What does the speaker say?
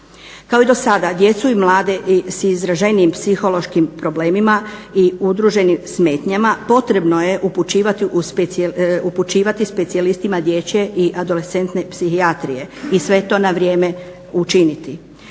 Kao i dosada djecu i mlade s izraženijim psihološkim problemima i udruženim smetnjama potrebno je upućivati specijalistima dječje i adolescentne psihijatrije i sve to na vrijeme učiniti.